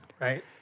Right